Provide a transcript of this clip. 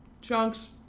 chunks